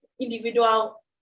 individual